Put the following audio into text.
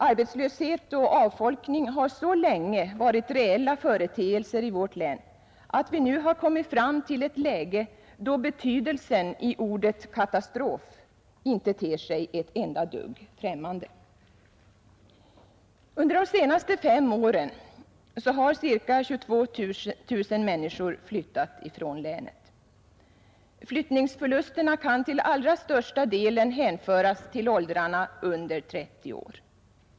Arbetslöshet och avfolkning har så länge varit reella företeelser i vårt län att vi nu kommit fram till ett läge där betydelsen i ordet katastrof inte ter sig ett enda dugg främmande. Under de senaste fem åren har ca 22 000 människor flyttat från länet. Flyttningsförlusterna kan till allra största delen hänföras till åldrarna under 30 år.